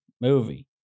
movie